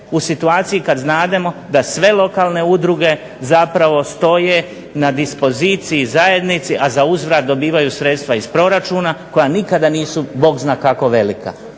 u situaciji kada znademo da sve lokalne udruge zapravo stoje na dispoziciji zajednici a za uzvrat dobijaju sredstva iz proračuna koja nikada nisu bog zna kako velika?